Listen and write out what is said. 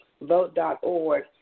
Vote.org